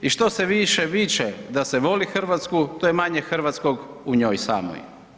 I što se više viče da se voli Hrvatsku, to je manje hrvatskog u njoj samoj.